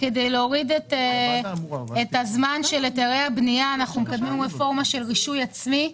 כדי להוריד את הזמן של היתרי הבנייה אנחנו מקדמים רפורמה של רישוי עצמי.